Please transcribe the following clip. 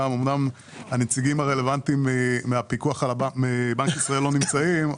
אומנם הנציגים הרלוונטיים מבנק ישראל לא נמצאים,